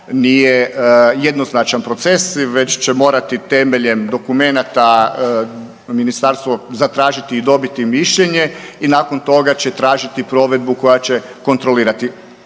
nije jednoznačan proces već će morati temeljem dokumenata Ministarstvo zatražiti i dobiti mišljenje i nakon toga će tražiti provedbu koja će kontrolirati.